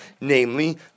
namely